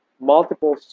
multiple